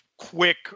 quick